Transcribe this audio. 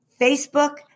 Facebook